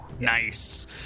Nice